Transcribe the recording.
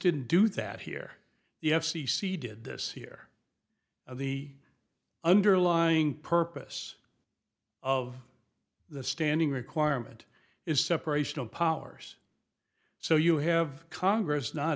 didn't do that here the f c c did this here the underlying purpose of the standing requirement is separation of powers so you have congress not